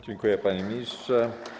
Dziękuję, panie ministrze.